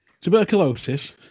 Tuberculosis